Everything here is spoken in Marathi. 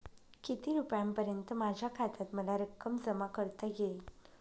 किती रुपयांपर्यंत माझ्या खात्यात मला रक्कम जमा करता येईल?